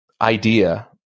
idea